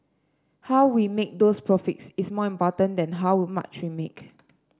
how we make those profits is more important than how much we make